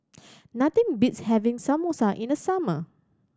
nothing beats having Samosa in the summer